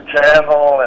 Channel